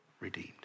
redeemed